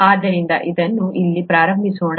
ಆದ್ದರಿಂದ ಇದನ್ನು ಇಲ್ಲಿ ಪ್ರಾರಂಭಿಸೋಣ